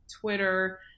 Twitter